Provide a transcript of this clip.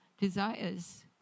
desires